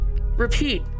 repeat